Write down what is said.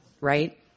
Right